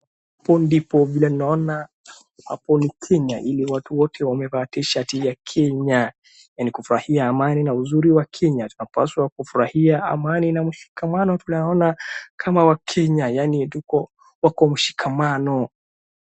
hapo ndipo vile naona hapo ni kenya na watu wote wamevaa tshirt ya kenya na ni kufurahia amani na uzuri wa kenya tunapaswa kufurahia amani na ushikamano tunaona kama wakenya yaani wako mshikamano